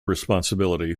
responsibility